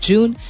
June